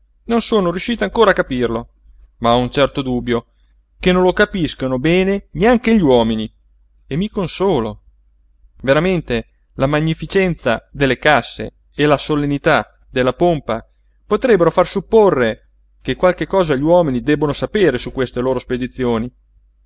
non sono riuscito ancora a capirlo ma ho un certo dubbio che non lo capiscano bene neanche gli uomini e mi consolo veramente la magnificenza delle casse e la solennità della pompa potrebbero far supporre che qualche cosa gli uomini debbano sapere su queste loro spedizioni